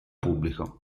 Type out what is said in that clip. pubblico